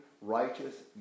righteous